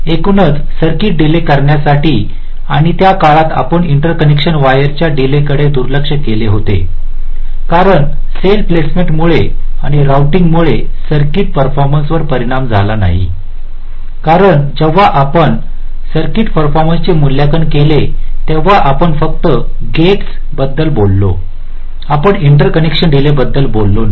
एकूणच circuit delay करण्यासाठी आणि त्या काळात आपण इंटरकनेक्शन वायरच्या डीलेकडे दुर्लक्ष केले होते कारण सेल प्लेसमेंट मुळे आणि रोऊटिंग मुळे सर्किट परफॉर्मन्स वर परिणाम झाला नाही कारण जेव्हा आपण सर्किटपरफॉर्मन्सचे मूल्यांकन केले तेव्हा आपण फक्त गेट्स डीलेबद्दल बोललो आपण इंटरकनेक्शन डीले बद्दल बोललो नाही